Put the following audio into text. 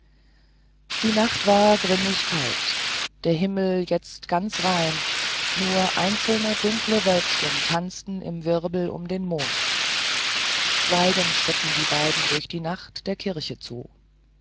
die nacht war grimmigkalt der himmel jetzt ganz rein nur einzelne dunkle wölkchen tanzten im wirbel um den mond schweigend schritten die beiden durch die nacht der kirche zu